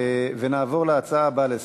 נעבור להצעה הבאה לסדר-היום,